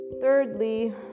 Thirdly